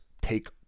take